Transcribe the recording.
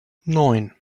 neun